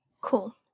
Cool